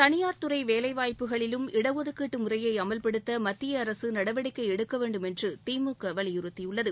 தனியார் துறை வேலைவாய்ப்புகளிலும் இடஒதுக்கீட்டு முறையை அமல்படுத்த மத்திய அரசு நடவடிக்கை எடுக்க வேண்டும் என்று திமுக வலியுறுத்தியுள்ளது